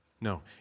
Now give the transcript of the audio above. No